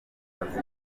akazi